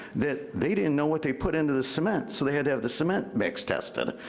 that they didn't know what they put into the cement, so they had to have the cement mix tested,